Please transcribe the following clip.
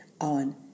on